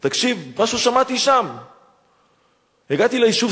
תקשיב מה ששמעתי שם.